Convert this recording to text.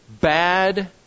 bad